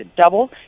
double